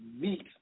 meet